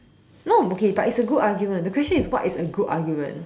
no okay but it's a good argument the question is what is a good argument